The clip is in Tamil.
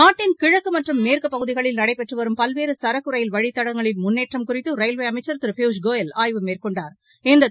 நாட்டின் கிழக்கு மற்றும் மேற்கு பகுதிகளில் நடைபெற்று வரும் பல்வேறு சுரக்கு ரயில் வழித்தடங்களின் முன்னேற்றம் குறித்து ரயில்வே அமைச்சர் திரு பியூஷ் கோயல் ஆய்வு மேற்கொண்டாா்